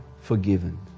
forgiven